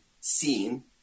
seen